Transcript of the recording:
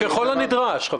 ככל הנדרש.